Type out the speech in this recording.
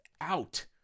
out